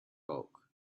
bulk